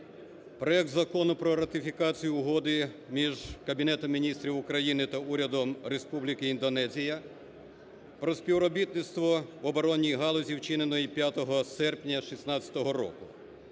Проект Закону про ратифікацію Угоди між Кабінетом Міністрів України та Урядом Республіки Індонезія про співробітництво в оборонній галузі, вчиненої 5 серпня 2016 року.